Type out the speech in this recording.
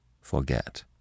forget